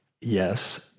Yes